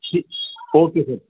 جی okay سر